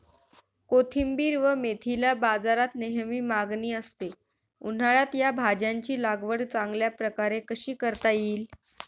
कोथिंबिर व मेथीला बाजारात नेहमी मागणी असते, उन्हाळ्यात या भाज्यांची लागवड चांगल्या प्रकारे कशी करता येईल?